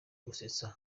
gusetsa